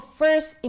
first